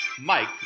Mike